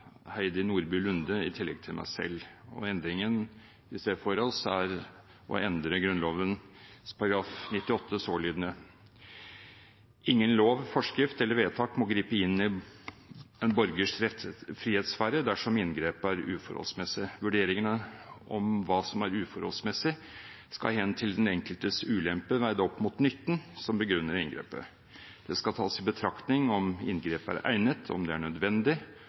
Heidi Nordby Lunde i tillegg til meg selv. Endringen vi ser for oss, er å endre Grunnloven § 98 sålydende: «Ingen lov, forskrift eller vedtak må gripe inn i en borgers frihetssfære dersom inngrepet er uforholdsmessig. Ved vurderingen av hva som er uforholdsmessig skal det ses hen til den enkeltes ulempe veid opp mot nytten som begrunner inngrepet. Det skal tas i betraktning om inngrepet er egnet, om det er nødvendig,